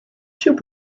two